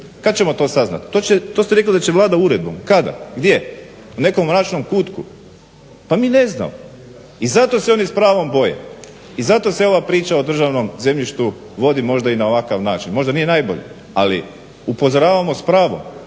Kada ćemo to saznati? To ste rekli da će Vlada uredbom. Kada? Gdje? U nekom mračnom kutku. Pa mi ne znamo. i zato se oni s pravom boje. I zato se ova priča o državnom zemljištu vodi možda na ovakav način. Možda nije najbolje ali upozoravamo s pravom.